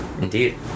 Indeed